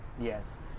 Yes